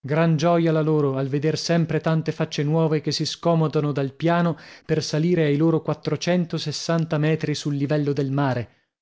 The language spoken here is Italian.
gran gioia la loro al veder sempre tante facce nuove che si scomodano dal piano per salire ai loro quattrocento sessanta metri sul livello del mare